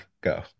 go